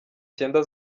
cyenda